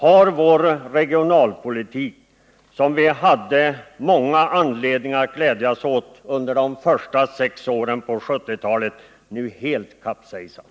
Har vår regionalpolitik, som vi hade många anledningar att glädjas åt under de första sex åren på 1970-talet, nu helt kapsejsat?